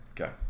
okay